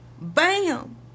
Bam